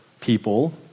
people